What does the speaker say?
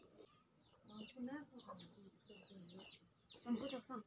सेवा संतरा के खेती बर कइसे जलवायु सुघ्घर राईथे?